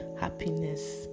happiness